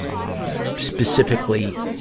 um, specifically,